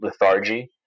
lethargy